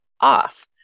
off